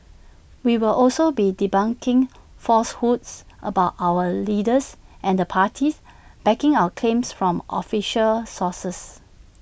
we will also be debunking falsehoods about our leaders and the parties backing our claims from official sources